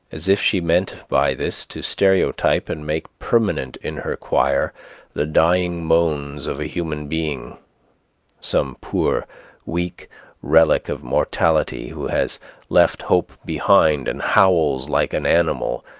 as if she meant by this to stereotype and make permanent in her choir the dying moans of a human being some poor weak relic of mortality who has left hope behind, and howls like an animal,